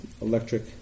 electric